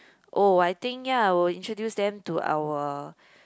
oh I think ya I will introduce them to our